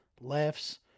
laughs